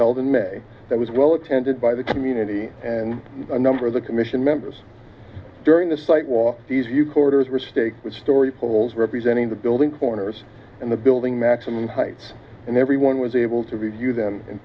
held in may that was well attended by the community and a number of the commission members during the site was these you quarters were stake which story poles representing the building corners and the building maximum heights and everyone was able to view them in